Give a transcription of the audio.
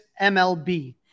mlb